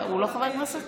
הוא לא חבר כנסת?